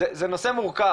זה נושא מורכב,